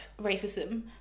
racism